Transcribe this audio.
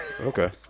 Okay